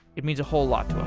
it means a whole lot